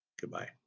Goodbye